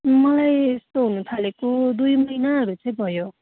मलाई यस्तो हुनु थालेको दुई महिनाहरू चाहिँ भयो